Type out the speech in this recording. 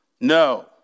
No